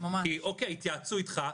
אוקיי, התייעצו איתך,